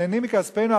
שנהנים מכספנו.